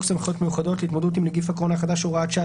סמכויות מיוחדות להתמודדות עם נגיף הקורונה החדש (הוראת שעה),